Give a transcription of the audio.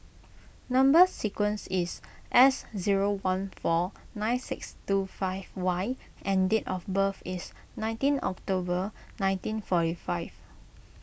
Number Sequence is S zero one four nine six two five Y and date of birth is nineteen October nineteen forty five